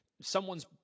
someone's